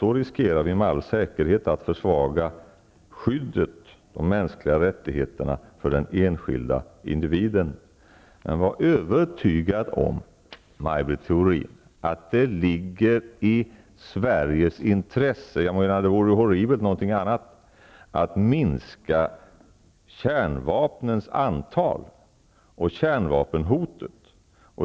Då riskerar vi nämligen med all säkerhet att försvaga skyddet av de mänskliga rättigheterna för den enskilda individen. Var övertygad om, Maj Britt Theorin, att det ligger i Sveriges intresse -- någonting annat vore ju horribelt -- att minska kärnvapnens antal och kärnvapenhotet.